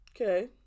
Okay